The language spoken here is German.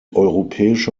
europäische